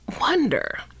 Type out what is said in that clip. wonder